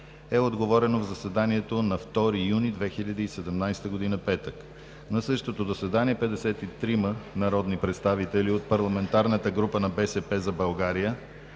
е отговорено на заседанието на 2 юни 2017 г., петък. На същото заседание 53-ма народни представители от парламентарната група на „БСП за България“